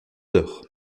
heures